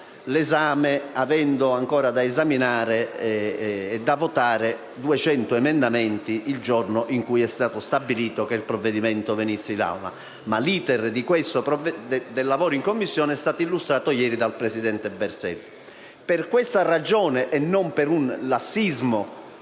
dovendo ancora esaminare e votare 200 emendamenti il giorno in cui è stato stabilito che il provvedimento approdasse in Aula. Ma l'*iter* del lavoro in Commissione è stato illustrato ieri dal presidente Berselli. Per questa ragione, e non per lassismo,